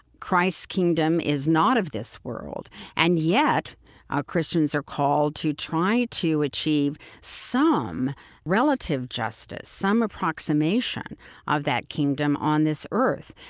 christ's kingdom is not of this world and yet ah christians are called to try to achieve some relative justice, some approximation of that kingdom on this earth.